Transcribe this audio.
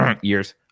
years